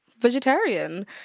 vegetarian